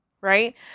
right